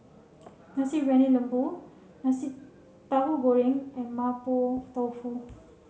Nasi Briyani Lembu Nasi Tahu Goreng and Mapo Tofu